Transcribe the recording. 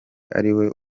ariwe